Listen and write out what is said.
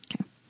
Okay